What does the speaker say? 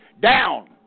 down